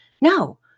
No